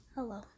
Hello